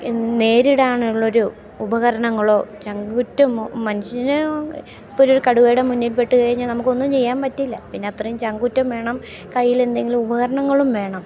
നേരിടാനുള്ളൊരു ഉപകരണങ്ങളോ ചങ്കൂറ്റമോ മനുഷ്യന് ഇപ്പോഴൊരു കടുവയുടെ മുന്നിൽപ്പെട്ടു കഴിഞ്ഞാൽ നമുക്കൊന്നും ചെയ്യാൻ പറ്റില്ല പിന്നെ അത്രയും ചങ്കൂറ്റം വേണം കയ്യിലെന്തെങ്കിലും ഉപകരണങ്ങളും വേണം